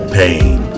pain